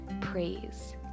praise